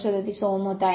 37 ohm होत आहे